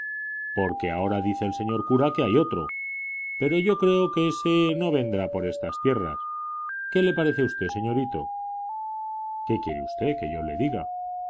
porque ahora dice el señor cura que hay otro pero yo creo que ése no vendrá por estas tierras qué le parece a usted señorito qué quiere usted que yo le diga